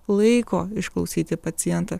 laiko išklausyti pacientą